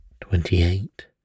twenty-eight